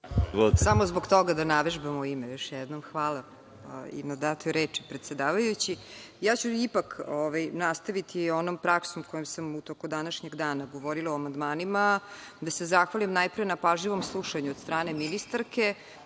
Samo zbog toga da navežbamo ime, još jednom hvala i na datoj reči, predsedavajući. Ja ću ipak nastaviti onom praksom kojom sam u toku današnjeg dana govorila o amandmanima, da se zahvalim najpre na pažljivom slušanju od strane ministarke